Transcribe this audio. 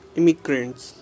Immigrants